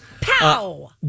Pow